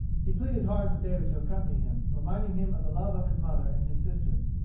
he pleaded hard with david to accompany him reminding him of the love of his mother and his sisters.